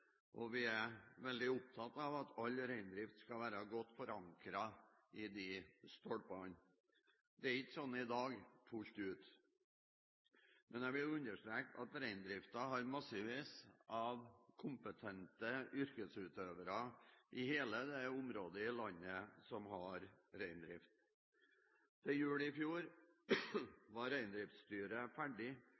bærekraft. Vi er veldig opptatt av at all reindrift skal være godt forankret i disse stolpene. Det er ikke slik i dag, fullt ut. Men jeg vil understreke at det i reindriftsnæringen er massevis av kompetente yrkesutøvere i hele det området av landet som har reindrift. Til jul i fjor var Reindriftsstyret ferdig